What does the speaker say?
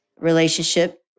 relationship